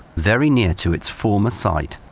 very near to its former site,